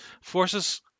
Forces